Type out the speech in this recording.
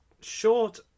short